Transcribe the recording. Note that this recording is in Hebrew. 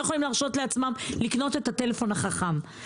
יכולים להרשות לעצמם לקנות את הטלפון החכם.